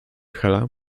hela